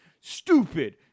stupid